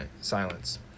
silence